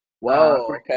Wow